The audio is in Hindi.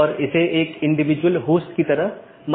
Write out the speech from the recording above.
तो इस मामले में यह 14 की बात है